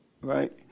Right